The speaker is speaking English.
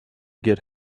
get